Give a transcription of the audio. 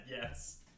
yes